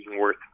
worth